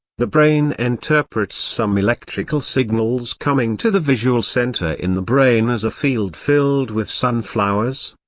the brain interprets some electrical signals coming to the visual center in the brain as a field filled with sunflowers.